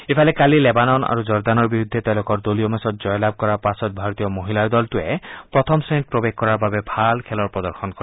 ইফালে কালি লেবানন আৰু জৰ্দানৰ বিৰুদ্ধে তেওঁলোকৰ দলীয় মেচত জয়লাভ কৰাৰ পাছত ভাৰতীয় মহিলাৰ দলটোৱে প্ৰথম শ্ৰেণীত প্ৰৱেশ কৰাৰ বাবে ভাল খেলৰ প্ৰদৰ্শন কৰে